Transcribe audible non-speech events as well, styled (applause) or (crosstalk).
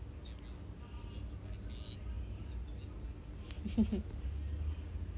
(laughs)